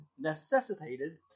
necessitated